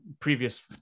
previous